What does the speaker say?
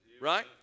Right